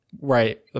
right